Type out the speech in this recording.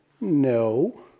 No